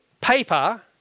paper